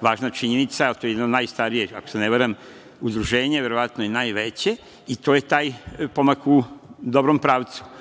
važna činjenice, a to je jedna od najstarijih, ako se ne varam, udruženja, verovatno i najveće i to je taj pomak u dobrom pravcu,